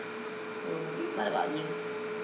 so what about you